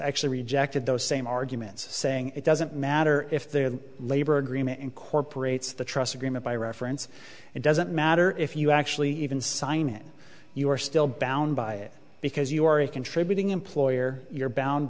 actually rejected those same arguments saying it doesn't matter if the labor agreement incorporates the trust agreement by reference it doesn't matter if you actually even sign it you are still bound by it because you are a contributing employer you're bound